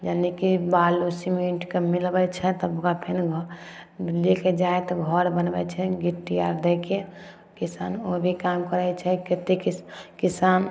यानि कि बालू सिमेन्टके मिलबै छै तऽ ओकरा फेन लेके जाएत घर बनबै छै गिट्टी आर दैके किसान ओ भी काम करै छै कतेक किसान